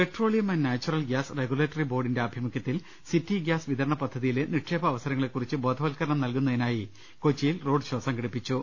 petroleum and natural gas regulatory ബോർഡിന്റെ ആഭി മുഖ്യത്തിൽ സിറ്റി ഗ്യാസ് വിതരണ പദ്ധതിയിലെ നിക്ഷേപ അവസര ങ്ങളെകുറിച്ച് ബോധവൽക്കരണം നൽകുന്നതിനായി കൊച്ചിയിൽ റോഡ് ഷോ സംഘടിപ്പിച്ചു